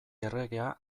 erregea